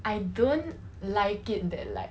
I don't like it that like